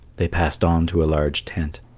they passed on to a large tent.